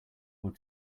will